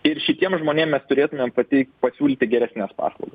ir šitiem žmonėm mes turėtumėm pateikt pasiūlyti geresnes paslaugas